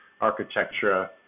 architecture